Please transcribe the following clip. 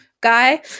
guy